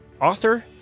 author